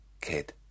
kid